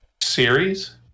series